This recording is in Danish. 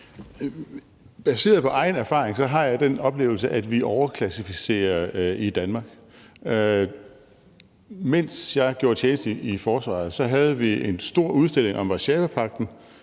Baseret på egen erfaring har jeg den oplevelse, at vi overklassificerer i Danmark. Mens jeg gjorde tjeneste i forsvaret som sprogofficer, havde vi en stor udstilling om Warszawapagten,